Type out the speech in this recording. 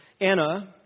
Anna